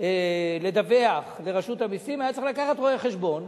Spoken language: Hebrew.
לדווח לרשות המסים, הוא היה צריך לקחת רואה-חשבון,